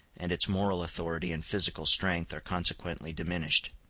and its moral authority and physical strength are consequently diminished.